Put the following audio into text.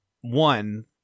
one